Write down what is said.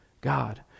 God